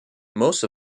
most